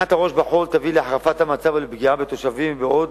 טמינת הראש בחול תביא להחרפת המצב ולפגיעה בתושבים בעוד